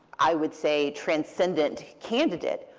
i would say, transcendent candidate.